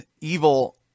evil